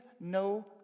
no